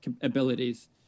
abilities